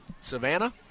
Savannah